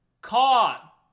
caught